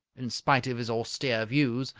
in spite of his austere views,